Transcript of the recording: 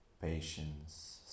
Patience